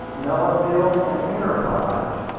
mellonville, and enterprise,